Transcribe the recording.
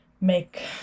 make